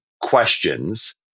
questions